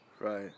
Right